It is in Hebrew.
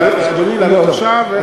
לענות עכשיו?